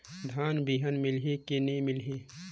धान बिहान मिलही की नी मिलही?